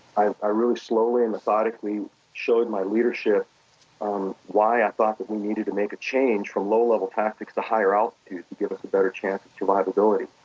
i i really slowly and methodically showed my leadership why i thought that we needed to make a change from low level tactics to higher altitude to give us a better chance of survivability.